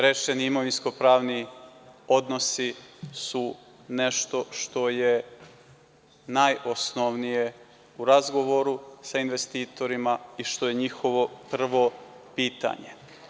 Rešeni imovinsko-pravni odnosi su nešto što je najosnovnije u razgovoru sa investitorima i što je njihovo prvo pitanje.